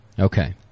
Okay